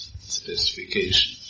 specification